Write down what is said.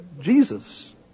Jesus